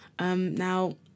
Now